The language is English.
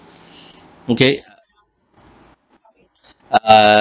okay err